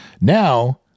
Now